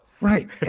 Right